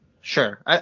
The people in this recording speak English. Sure